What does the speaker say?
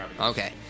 Okay